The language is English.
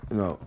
no